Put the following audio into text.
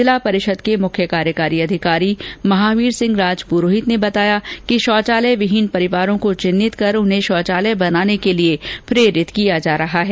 जिला परिषद के मुख्य कार्यकारी अधिकारी महावीर सिंह राजपुरोहित ने बताया कि शौचालय विहीन परिवारों को चिन्हित कर उन्हें शौचालय बनाने के लिए प्रेरित किया जा रहा है